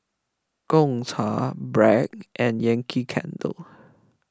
Gongcha Bragg and Yankee Candle